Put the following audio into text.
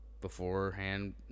beforehand